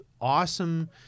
awesome